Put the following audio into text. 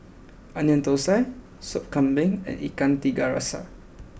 Onion Thosai Sop Kambing and Ikan Tiga Rasa